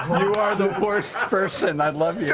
you are the worst person, i love